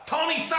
Tony